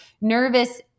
nervous